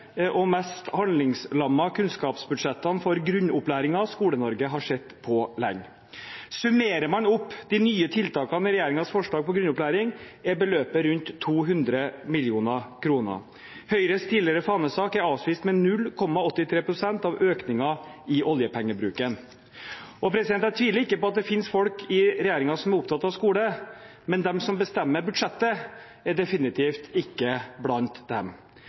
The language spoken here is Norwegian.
kunnskapsbudsjettene for grunnopplæringen Skole-Norge har sett på lenge. Summerer man opp de nye tiltakene i regjeringens forslag på grunnopplæring, er beløpet rundt 200 mill. kr. Høyres tidligere fanesak er avspist med 0,83 pst. av økningen i oljepengebruken. Jeg tviler ikke på at det finnes folk i regjeringen som er opptatt av skole. Men de som bestemmer budsjettet, er definitivt ikke blant dem.